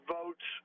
votes